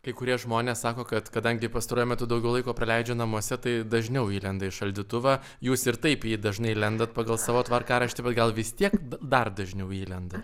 kai kurie žmonės sako kad kadangi pastaruoju metu daugiau laiko praleidžia namuose tai dažniau įlenda į šaldytuvą jūs ir taip į jį dažnai lendat pagal savo tvarkaraštį bet gal vis tiek dar dažniau įlenda